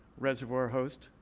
reservoir host,